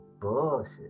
bullshit